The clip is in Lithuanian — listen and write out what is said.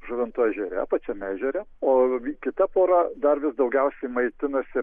žuvinto ežere pačiame ežere o kita pora dar vis daugiausiai maitinasi